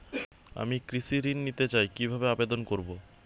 আমি কৃষি ঋণ নিতে চাই কি ভাবে আবেদন করব?